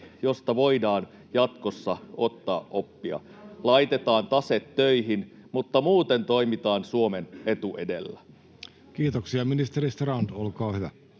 josta voidaan jatkossa ottaa oppia? Laitetaan tase töihin, mutta muuten toimitaan Suomen etu edellä. [Speech 80] Speaker: